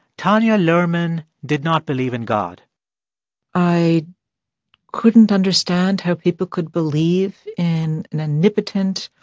tanya luhrmann did not believe in god i couldn't understand how people could believe in an omnipotent,